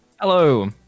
Hello